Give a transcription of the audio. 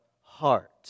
heart